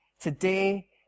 Today